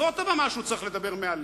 זאת הבמה שהוא צריך לדבר מעליה,